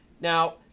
Now